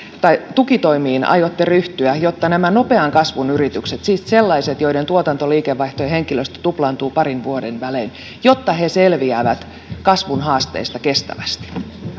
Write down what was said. tukitoimiin aiotte ryhtyä jotta nämä nopean kasvun yritykset siis sellaiset joiden tuotanto liikevaihto ja henkilöstö tuplaantuvat parin vuoden välein selviävät kasvun haasteista kestävästi